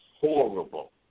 horrible